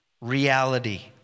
reality